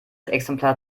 exemplar